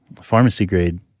pharmacy-grade